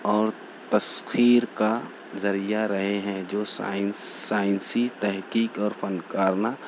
اور تسخیر کا ذریعہ رہے ہیں جو سائنس سائنسی تحقیق اور فنکارانہ